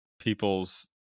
people's